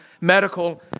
medical